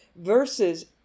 versus